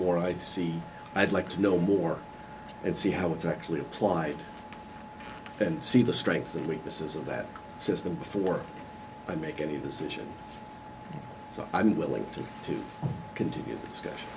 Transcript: more i see i'd like to know more and see how it's actually applied and see the strengths and weaknesses of that system before i make any decision so i'm willing to continue to